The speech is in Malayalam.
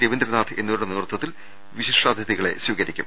രവീന്ദ്രനാഥ് എന്നിവ രുടെ നേതൃത്വത്തിൽ വിശിഷ്ടാതിഥികളെ സ്വീകരിക്കും